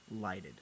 lighted